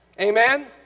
Amen